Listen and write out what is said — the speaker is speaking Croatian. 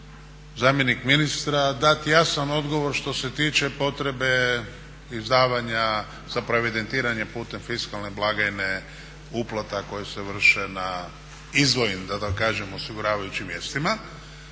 zamjenik ministra, dati jasan odgovor što se tiče potrebe izdavanja, zapravo evidentiranje putem fiskalne blagajne uplata koje se vrše na izdvojenim da tako kažem osiguravajućim mjestima